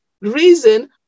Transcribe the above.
reason